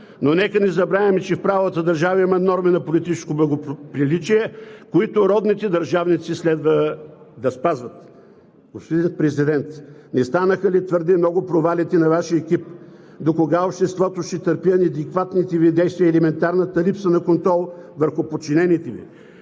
но нека не забравяме, че в правовата държава има норми на политическо благоприличие, които родните държавници следва да спазват. Господин Президент, не станаха ли твърде много провалите на Вашия екип? Докога обществото ще търпи неадекватните Ви действия и елементарната липса на контрол върху подчинените Ви?